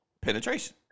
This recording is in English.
Penetration